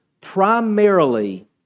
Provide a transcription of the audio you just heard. primarily